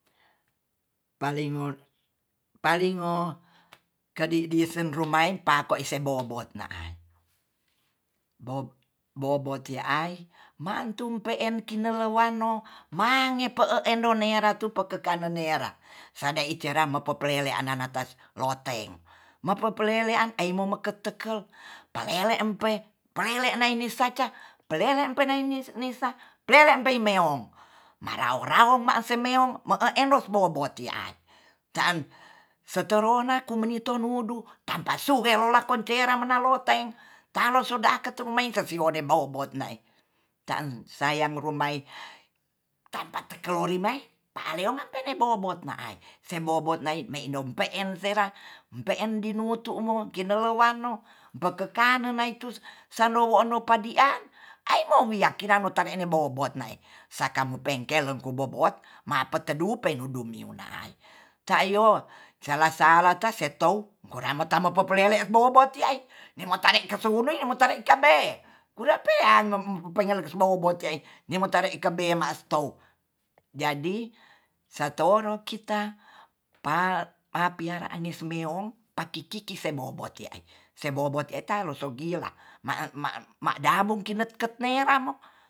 Pelengol, palingol kedidisen rumai pako ese bobot na'i bo-bobotia'i mantu peen kinelewan no mangape e'ndoneratu pekekanen nera sande i cera mapolei anana tas loteng mapepelean aimo meker tekel palele pe palele naeni saca pelele peneinisa pelele peimeong marao-raong ma'se meong mo e endos bobotia ta'n sererona kumuniton nudu tampa suhe lolakkon cera menaloteng taloso da ketu maisesilodem mou bot na'e ta'en saya rumai tanpa tekelimai pa'aleoman penembo bot na'ai sebobot nai mei dompe'en sera pe'en di nutu mo kinolowano bekekan nenaitus sendou wo'no padian aimowi akina mo tare 'en bobot na'e saka mopengkel lengkubobot mapotedu penudu pedudu miona e cayo salasa salh ta setou moramo tama popolele bobot ti'ai ni mo tare kesenui motare kambe kure pea pengen mobou teng yomu tare ika bela stou jadi setoro kita mapiaraan ngesu meong pakiki ki moubot ki'ai sebobot eta elosogilang mae-madamu kineket nera